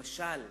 למשל,